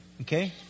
Okay